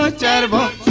like da da